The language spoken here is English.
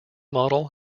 model